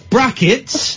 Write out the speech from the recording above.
Brackets